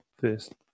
First